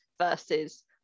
versus